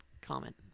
comment